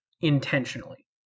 intentionally